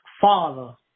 Father